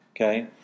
Okay